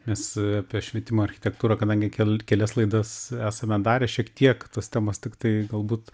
mes apie švietimo architektūrą kadangi kel kelias laidas esame darę šiek tiek tos temos tiktai galbūt